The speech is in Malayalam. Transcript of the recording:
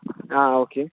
ആ ഓക്കെ